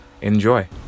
Enjoy